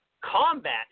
Combat